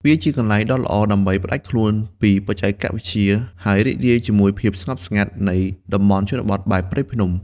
វាជាកន្លែងដ៏ល្អដើម្បីផ្ដាច់ខ្លួនពីបច្ចេកវិទ្យា ហើយរីករាយជាមួយ ភាពស្ងប់ស្ងាត់ នៃតំបន់ជនបទបែបព្រៃភ្នំ។